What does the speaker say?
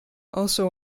also